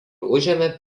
užėmė